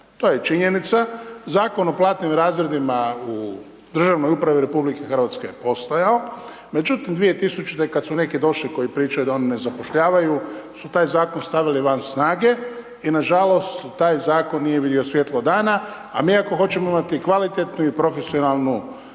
To je činjenica. Zakon o platnim razredima u državnoj upravi RH je postojao, međutim 2000. kad su neki došli koji pričaju da oni ne zapošljavaju su taj zakon stavili van snage i nažalost taj zakon nije vidio svjetlo dana i mi ako hoćemo imati kvalitetnu i profesionalnu ovoga